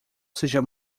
seja